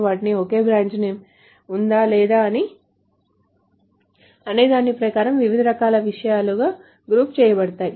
వాటికి ఒకే branch name ఉందా లేదా అనేదాని ప్రకారం వివిధ రకాల విషయాలుగా గ్రూప్ చేయబడతాయి